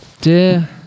Dear